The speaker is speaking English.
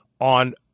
on